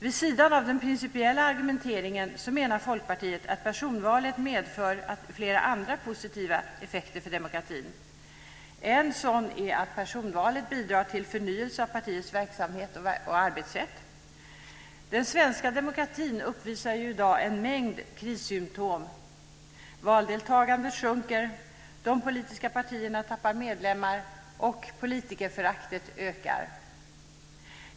Vid sidan av den principiella argumenteringen menar Folkpartiet att personvalet medför flera andra positiva effekter för demokratin. En sådan är att personvalet bidrar till förnyelse av partiets verksamhet och arbetssätt. Den svenska demokratin uppvisar ju i dag en mängd krissymtom. Valdeltagandet sjunker, de politiska partierna tappar medlemmar och politikerföraktet ökar.